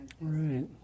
Right